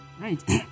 Right